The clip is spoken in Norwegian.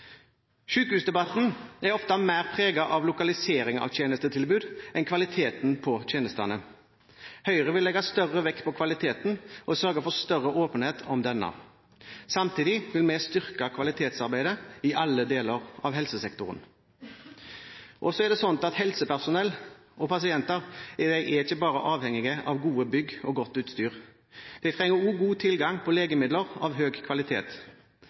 er ofte mer preget av lokaliseringen av tjenestetilbud enn av kvaliteten på tjenestene. Høyre vil legge større vekt på kvaliteten og sørge for større åpenhet om denne, samtidig vil vi styrke kvalitetsarbeidet i alle deler av helsesektoren. Så er det sånn at helsepersonell og pasienter ikke bare er avhengig av gode bygg og godt utstyr. Man trenger også god tilgang på legemidler av høy kvalitet.